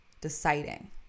Deciding